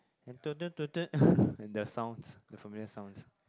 and their sounds the familiar sounds